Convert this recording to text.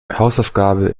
hausaufgabe